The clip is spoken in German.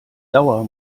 dauer